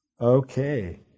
okay